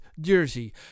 Jersey